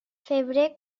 febrer